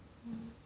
mm